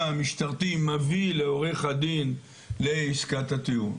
המשטרתי מביא לעורך הדין לעסקת הטיעון.